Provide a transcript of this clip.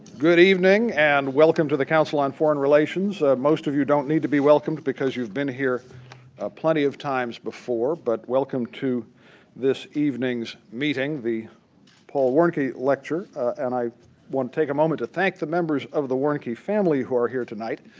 good evening, and welcome to the council on foreign relations. most of you don't need to be welcomed because you've been here plenty of times before, but welcome to this evening's meeting, the paul warnke lecture. and i want to take a moment to thank the members of the warnke family who are here tonight,